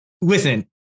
listen